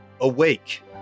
Awake